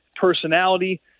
personality